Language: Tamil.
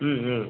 ம் ம்